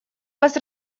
вас